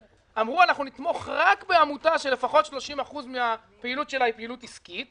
אמרו: אנחנו נתמוך רק בעמותה שלפחות 30% מהפעילות שלה היא פעילות עסקית,